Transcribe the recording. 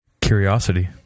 Curiosity